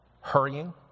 hurrying